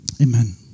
Amen